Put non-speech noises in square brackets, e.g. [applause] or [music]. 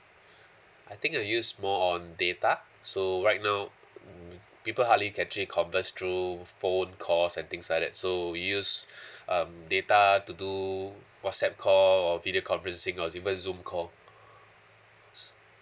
[breath] I think I use more on data so right now mm people hardly can actually converse through phone calls and things like that so we use [breath] um data to do whatsapp call or video conferencing or even zoom call [breath]